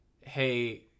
hey